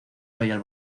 royal